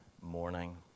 morning